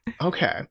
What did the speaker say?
Okay